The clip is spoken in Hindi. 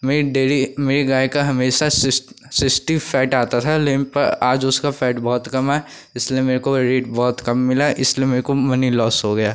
मेरी डेरी मेरी गाय का हमेशा सिस्टी फैट आता था लेन पर आज उसका फैट बहुत कम आया इसलिए मेरे को रेट बहुत कम मिला इसलिए मेरे को मनी लोस हो गया